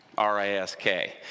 R-I-S-K